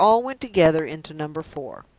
they all went together into number four.